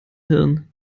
hirn